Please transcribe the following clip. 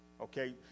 Okay